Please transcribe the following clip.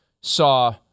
saw